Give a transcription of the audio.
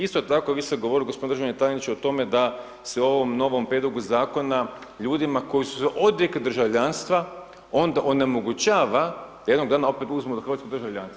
Isto tako, vi ste govorili gospodine državni tajniče o tome da se u ovom novom prijedlogu zakona ljudima koji su se odrekli državljanstva onemogućava da jednog dana opet uzmu hrvatsko državljanstvo.